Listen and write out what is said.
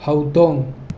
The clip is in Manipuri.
ꯍꯧꯗꯣꯡ